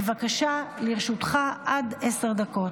בבקשה, לרשותך עד עשר דקות.